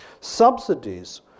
Subsidies